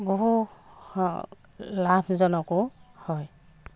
বহু লাভজনকো হয়